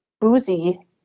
Boozy